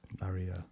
Maria